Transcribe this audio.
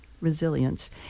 resilience